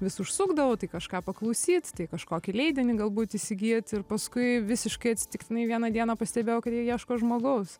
vis užsukdavau tai kažką paklausyt tai kažkokį leidinį galbūt įsigyt ir paskui visiškai atsitiktinai vieną dieną pastebėjau kad jie ieško žmogaus